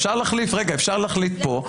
אפשר להחליט פה,